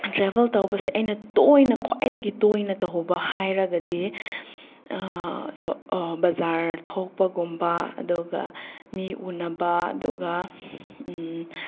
travel ꯇꯧꯕꯁꯦ ꯑꯩꯅ ꯇꯣꯏꯅ ꯈ꯭ꯋꯥꯏꯗꯒꯤ ꯇꯣꯏꯅ ꯇꯧꯍꯧꯕ ꯍꯥꯏꯔꯒꯗꯤ ꯕꯖꯥꯔ ꯊꯣꯛꯄꯒꯨꯝꯕ ꯑꯗꯨꯒ ꯃꯤ ꯎꯟꯅꯕ ꯑꯗꯨꯒ